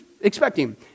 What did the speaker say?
expecting